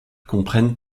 comprennent